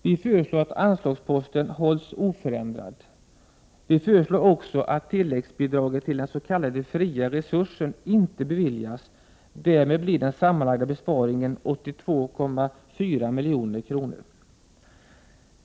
Vi föreslår att anslaget förblir oförändrat. Vi föreslår också att tilläggsbidrag till den s.k. fria resursen inte beviljas. Därmed blir den sammanlagda besparingen 82,4 milj.kr.